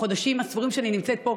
בחודשים הספורים שאני נמצאת פה,